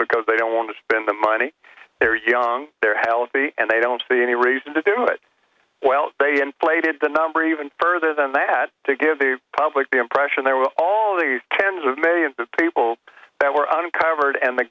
because they don't want to spend the money they're young they're healthy and they don't see any reason to do it well they inflated the number even further than that to give the public the impression there were all these tens of millions of people that were uncovered and the